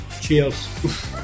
Cheers